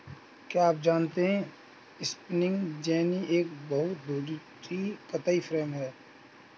क्या आप जानते है स्पिंनिंग जेनि एक बहु धुरी कताई फ्रेम है?